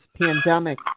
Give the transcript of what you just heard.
pandemic